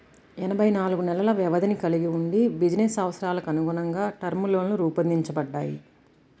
ఎనభై నాలుగు నెలల వ్యవధిని కలిగి వుండి బిజినెస్ అవసరాలకనుగుణంగా టర్మ్ లోన్లు రూపొందించబడ్డాయి